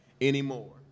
anymore